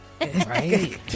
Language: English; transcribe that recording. right